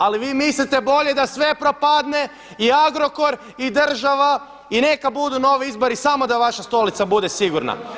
Ali vi mislite bolje da sve propadne i Agrokor i država i neka budu novi izbori samo da vaša stolica bude sigurna.